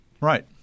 Right